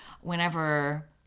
whenever